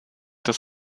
das